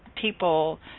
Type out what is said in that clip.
people